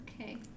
Okay